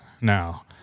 now